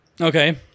Okay